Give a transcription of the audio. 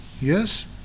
Yes